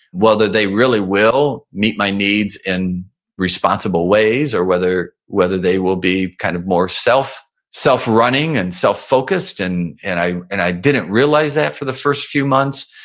whether they really will meet my needs in responsible ways or whether whether they will be kind of more self self running and self focused and and and i didn't realize that for the first few months.